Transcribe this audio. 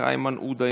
איימן עודה,